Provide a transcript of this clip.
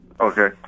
Okay